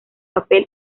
papel